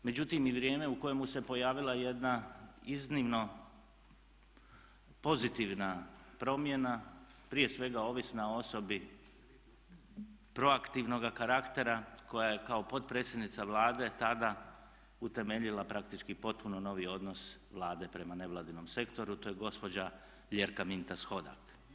Međutim, i vrijeme u kojemu se pojavila jedna iznimno pozitivna promjena, prije svega ovisna o osobi proaktivnoga karaktera koja je kao potpredsjednica Vlade tada utemeljila praktički potpuno novi odnos Vlade prema nevladinom sektoru to je gospođa Ljerka Mintas-Hodak.